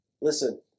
Listen